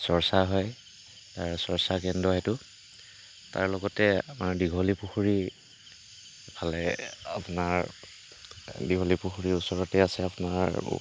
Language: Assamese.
চৰ্চা হয় তাৰ চৰ্চা কেন্দ্ৰ সেইটো তাৰ লগতে আমাৰ দীঘলী পুখুৰীফালে আপোনাৰ দীঘলী পুখুৰীৰ ওচৰতে আছে আপোনাৰ